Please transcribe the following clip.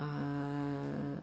uh